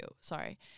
sorry—